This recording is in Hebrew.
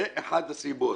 זו אחת הסיבות,